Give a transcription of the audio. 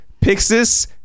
Pixis